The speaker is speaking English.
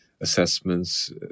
assessments